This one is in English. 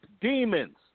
demons